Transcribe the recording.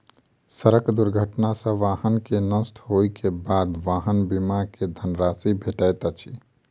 सड़क दुर्घटना सॅ वाहन के नष्ट होइ के बाद वाहन बीमा के धन राशि भेटैत अछि